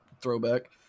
throwback